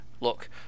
Look